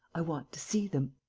i want to see them.